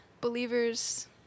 Believers